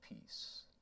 peace